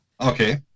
Okay